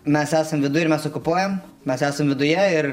mes esam viduj ir mes okupuojam mes esam viduje ir